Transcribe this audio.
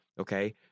okay